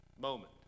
moment